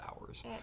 hours